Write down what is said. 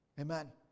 Amen